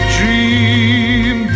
Dream